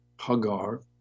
Hagar